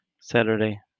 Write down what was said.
Saturday